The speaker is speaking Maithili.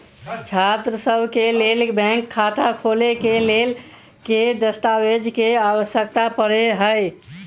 छात्रसभ केँ लेल बैंक खाता खोले केँ लेल केँ दस्तावेज केँ आवश्यकता पड़े हय?